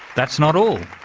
that's not all.